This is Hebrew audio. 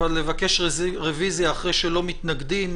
אבל לבקש רוויזיה אחרי שלא מתנגדים,